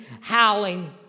howling